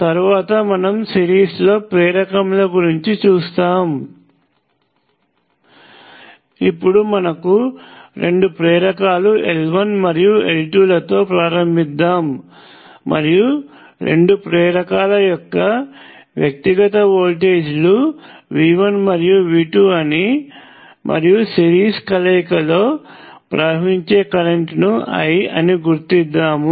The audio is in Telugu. తరువాత మనం సిరీస్ లో ప్రేరకముల గురించి చూస్తాము ఇప్పుడు మనము రెండు ప్రేరకాలు L1 మరియు L2 లతో ప్రారంభిద్దాము మరియు రెండు ప్రేరకాల యొక్క వ్యక్తిగత వోల్టేజీలు V1 మరియు V2 అని మరియు సిరీస్ కలయిక లో ప్రవహించే కరెంట్ ను I అని గుర్తిద్దాము